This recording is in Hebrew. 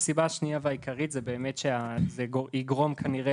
הסיבה השנייה והעיקרית היא שזה באמת יגרום כנראה